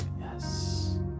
Yes